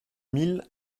mille